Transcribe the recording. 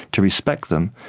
to respect them,